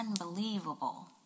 unbelievable